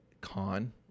con